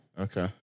Okay